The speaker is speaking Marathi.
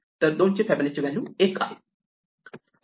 तर 2 ची फिबोनाची व्हॅल्यू 1 आहे